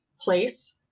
Place